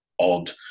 odd